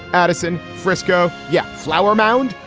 addison. frisco. yeah. flower mound.